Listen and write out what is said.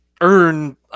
earn –